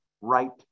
right